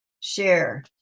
share